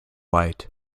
light